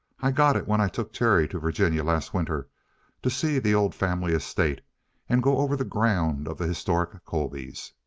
i got it when i took terry to virginia last winter to see the old family estate and go over the ground of the historic colbys.